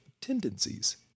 tendencies